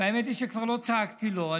שכבר לא צעקתי לו.